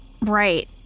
Right